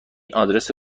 آدرس